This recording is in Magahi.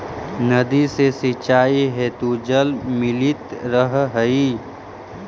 नदी से सिंचाई हेतु जल मिलित रहऽ हइ